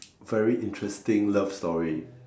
very interesting love story